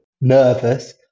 nervous